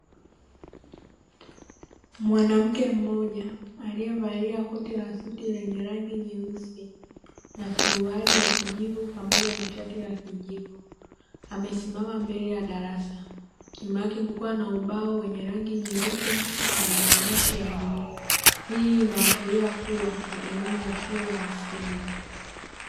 Mwanamke mmoja aliyevalia koti la suti lenye rangi nyeusi na suruali ya kijivu pamoja na shati la kijivu, amesimama mbele ya darasa nyuma yake kukiwa na ubao wenye rangi nyeupe na maandishi ya bluu, hii inaashiria kuwa ni elimu ya shule ya msingi.